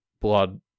blood